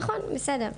נכון, בסדר.